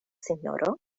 sinjoro